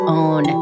own